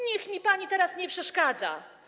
Niech mi pani teraz nie przeszkadza.